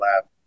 lab